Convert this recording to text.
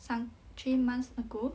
三 three months ago